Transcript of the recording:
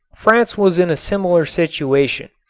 france was in a similar situation.